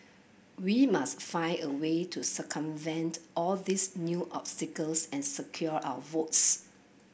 we must find a way to circumvent all these new obstacles and secure our votes